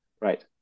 right